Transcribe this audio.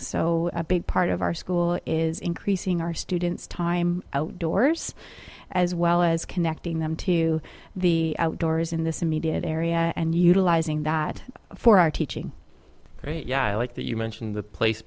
so a big part of our school is increasing our students time outdoors as well as connecting them to the outdoors in this immediate area and utilizing that for our teaching yeah i like that you mentioned the place